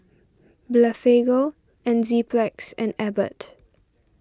Blephagel Enzyplex and Abbott